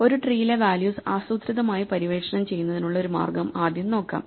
ഒരു ട്രീയിലെ വാല്യൂസ് ആസൂത്രിതമായി പര്യവേക്ഷണം ചെയ്യുന്നതിനുള്ള ഒരു മാർഗം ആദ്യം നോക്കാം